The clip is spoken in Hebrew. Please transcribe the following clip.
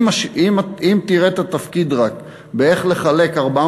אם תראה את התפקיד רק באיך לחלק 400